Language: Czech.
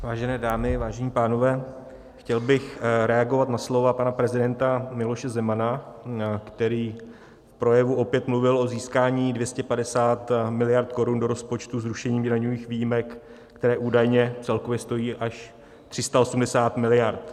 Vážené dámy, vážení pánové, chtěl bych reagovat na slova pana prezidenta Miloše Zemana, který v projevu opět mluvil o získání 250 mld. korun do rozpočtu zrušením daňových výjimek, které údajně celkově stojí až 380 mld.